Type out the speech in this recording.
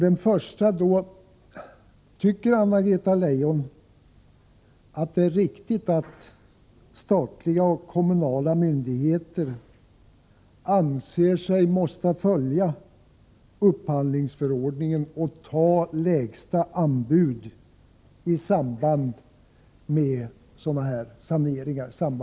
Den första frågan är: Tycker Anna-Greta Leijon att det är riktigt att statliga och kommunala myndigheter anser sig tvungna att följa upphandlingsförordningen och ta lägsta anbud i samband med asbestsaneringar?